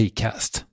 Acast